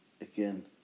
again